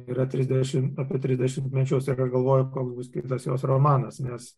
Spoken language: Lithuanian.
yra trisdešimt apie trisdešimtmečius ir aš galvoju koks bus skirtas jos romanas nes